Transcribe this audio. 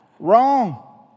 Wrong